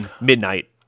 midnight